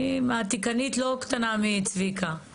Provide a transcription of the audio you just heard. אני מעתיקנית לא קטנה מצביקה.